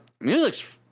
music's